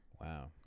Wow